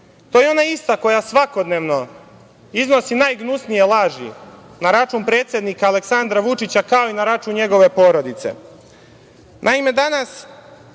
To je ona ista koja svakodnevno iznosi najgnusnije laži na račun predsednika Aleksandra Vučića, kao i na račun njegove porodice. Naime, danas